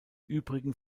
übrigen